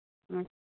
ᱦᱚᱸ